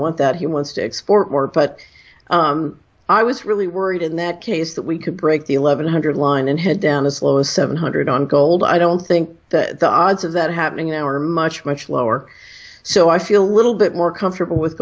want that he wants to export more but i was really worried in that case that we could break the eleven hundred line and head down as low as seven hundred on gold i don't think the odds of that happening now are much much lower so i feel little bit more comfortable with